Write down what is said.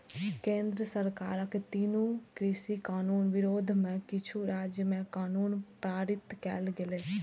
केंद्र सरकारक तीनू कृषि कानून विरोध मे किछु राज्य मे कानून पारित कैल गेलै